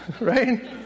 Right